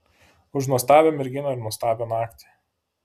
už nuostabią merginą ir nuostabią naktį